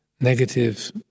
negative